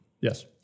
Yes